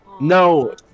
No